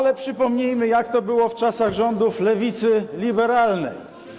Ale przypomnijmy, jak to było w czasach rządów lewicy liberalnej.